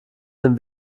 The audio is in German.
dem